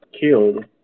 killed